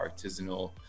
artisanal